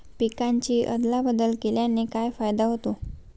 पिकांची अदला बदल केल्याने काय फायदा होतो?